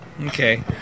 okay